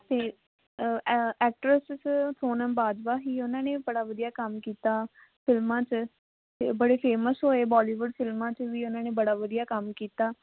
ਅਤੇ ਐਕਟਰਸ 'ਚ ਸੋਨਮ ਬਾਜਵਾ ਸੀ ਉਹਨਾਂ ਨੇ ਬੜਾ ਵਧੀਆ ਕੰਮ ਕੀਤਾ ਫਿਲਮਾਂ 'ਚ ਅਤੇ ਬੜੇ ਫੇਮਸ ਹੋਏ ਬੋਲੀਵੁੱਡ ਫਿਲਮਾਂ 'ਚ ਵੀ ਉਹਨਾਂ ਨੇ ਬੜਾ ਵਧੀਆ ਕੰਮ ਕੀਤਾ